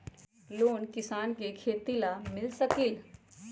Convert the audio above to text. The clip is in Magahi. लोन किसान के खेती लाख मिल सकील?